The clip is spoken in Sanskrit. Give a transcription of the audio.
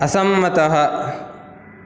असम्मतः